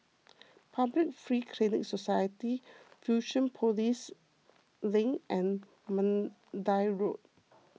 Public Free Clinic Society Fusionopolis Link and Mandai Road